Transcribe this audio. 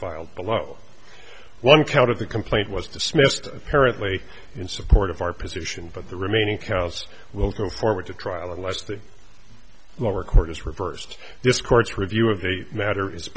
filed below one count of the complaint was dismissed apparently in support of our position but the remaining cows will go forward to trial unless the lower court is reversed this court's review of the matter is